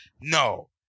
no